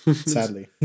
Sadly